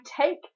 take